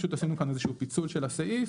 פשוט עשינו כאן איזשהו פיצול של הסעיף,